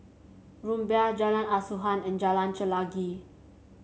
Rumbia Jalan Asuhan and Jalan Chelagi